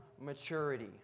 maturity